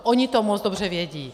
Oni to moc dobře vědí.